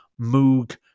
Moog